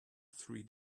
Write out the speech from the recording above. three